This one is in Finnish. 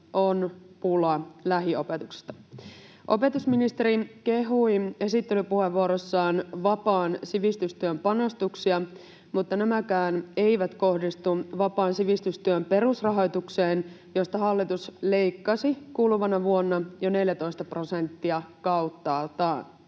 on pula lähiopetuksesta. Opetusministeri kehui esittelypuheenvuorossaan vapaan sivistystyön panostuksia, mutta nämäkään eivät kohdistu vapaan sivistystyön perusrahoitukseen, josta hallitus leikkasi kuluvana vuonna jo 14 prosenttia kauttaaltaan.